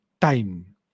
time